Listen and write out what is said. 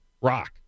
Rock